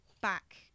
back